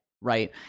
Right